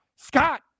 Scott